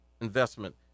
investment